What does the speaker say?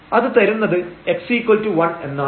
അത് തരുന്നത് x1 എന്നാണ്